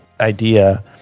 idea